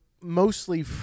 mostly